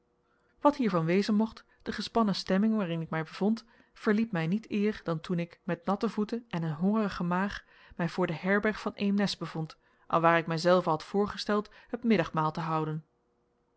wat hiervan wezen mocht de gespannen stemming waarin ik mij bevond verliet mij niet eer dan toen ik met natte voeten en een hongerige maag mij voor de herberg van eemnes bevond alwaar ik mijzelven had voorgesteld het middagmaal te houden